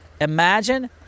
Imagine